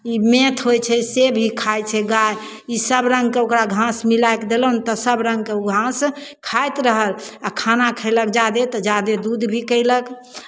ई मेठ होइ छै से भी खाइ छै गाय इसभ रङ्गके ओकरा घास मिलाए कऽ देलहुँ नहि तऽ सभ रङ्गके ओ घास खाइत रहल आ खाना खयलक जादे तऽ जादे दूध भी कयलक